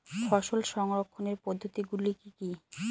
ফসল সংরক্ষণের পদ্ধতিগুলি কি কি?